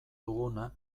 duguna